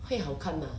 会好看吗